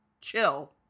chill